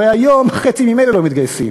הרי היום חצי ממילא לא מתגייסים.